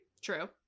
True